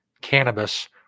cannabis